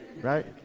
Right